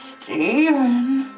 Steven